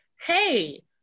Hey